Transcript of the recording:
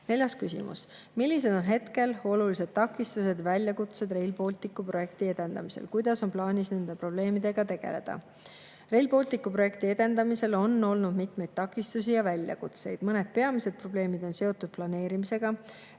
Neljas küsimus: "Millised on hetkel olulised takistused ja väljakutsed Rail Balticu projekti edenemisel? Kuidas on plaanis nende probleemidega tegeleda?" Rail Balticu projekti edendamisel on olnud mitmeid takistusi ja väljakutseid. Mõned peamised probleemid on seotud planeerimisega